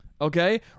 Okay